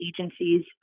agencies